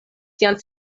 sian